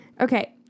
Okay